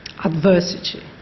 Adversity